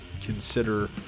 consider